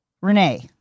Renee